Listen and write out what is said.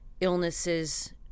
illnesses